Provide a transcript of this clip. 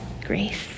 grace